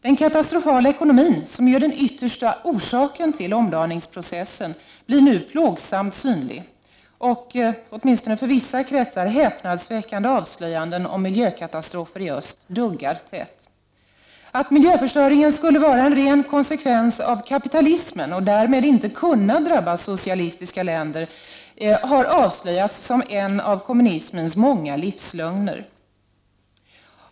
Den katastrofala ekonomin, som ju är den yttersta orsaken till omdaningsprocessen, blir nu plågsamt synlig. Häpnadsväckande — åtminstone för vissa kretsar — avslöjanden om miljökatastrofer i öst duggar tätt. Tanken att miljöförstöringen skulle vara en ren konsekvens av kapitalismen och därmed inte kunna drabba socialistiska länder har avslöjats som en av kommunismens många livslögner.